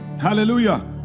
Hallelujah